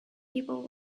people